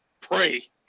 pray